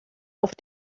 auf